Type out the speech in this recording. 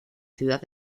ciudad